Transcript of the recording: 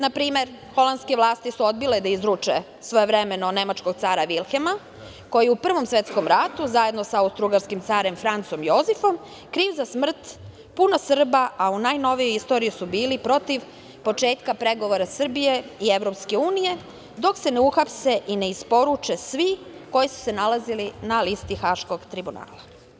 Na primer, holandske vlasti su odbile da izruče svojevremeno nemačkog cara Vilhelma koji je u Prvom svetskom ratu, zajedno sa austrougarskim carem Francom Jozefom, kriv za smrt puno Srba, a u najnovijoj istoriji su bili protiv početka pregovora Srbije i EU dok se ne uhapse i ne isporuče svi koji su se nalazili na listi Haškog tribunala.